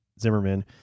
Zimmerman